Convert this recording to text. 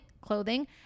clothing